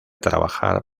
trabajar